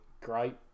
great